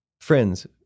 Friends